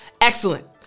Excellent